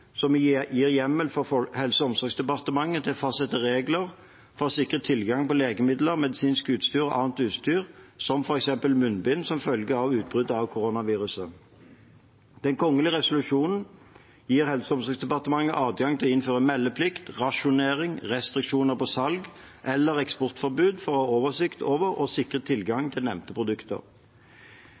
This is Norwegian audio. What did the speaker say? gir hjemmel for Helse- og omsorgsdepartementet til å fastsette regler for å sikre tilgang på legemidler, medisinsk utstyr og annet utstyr, som f.eks. munnbind, som følge av utbruddet av koronaviruset. Den kongelige resolusjonen gir Helse- og omsorgsdepartementet adgang til å innføre meldeplikt, rasjonering, restriksjoner på salg eller eksportforbud for å ha oversikt over og sikre tilgang til nevnte produkter.